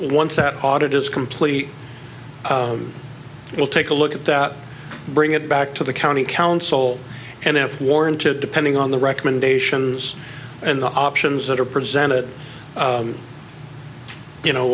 once that audit is complete it will take a look at that bring it back to the county council and if warranted depending on the recommendations and the options that are presented you know